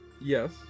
Yes